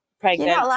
pregnant